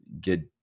get